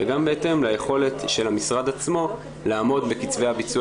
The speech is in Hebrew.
וגם בהתאם ליכולת של המשרד עצמו לעמוד בקצבי הביצוע